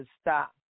stop